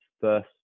first